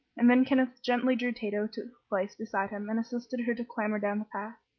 and then kenneth gently drew tato to a place beside him and assisted her to clamber down the path.